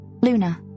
Luna